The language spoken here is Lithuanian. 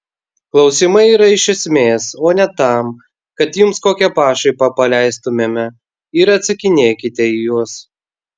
klausimai yra iš esmės o ne tam kad jums kokią pašaipą paleistumėme ir atsakinėkite į juos